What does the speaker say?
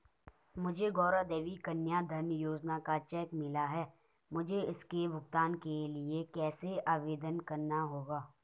मुझे गौरा देवी कन्या धन योजना का चेक मिला है मुझे इसके भुगतान के लिए कैसे आवेदन करना होगा?